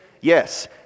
Yes